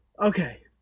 okay